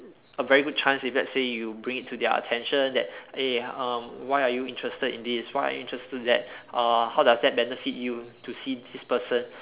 a very good chance if let's say you bring it to their attention that eh um why are you interested in this why are you interested that uh how does that benefit you to see this person